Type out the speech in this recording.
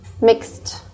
mixed